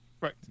Right